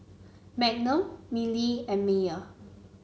Magnum Mili and Mayer